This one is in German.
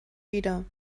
wieder